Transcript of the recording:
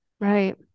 Right